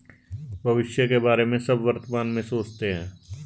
भविष्य के बारे में सब वर्तमान में सोचते हैं